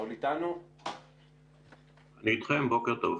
בוקר טוב.